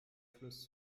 fluss